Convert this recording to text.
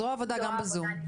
זרוע העבודה גם בזום.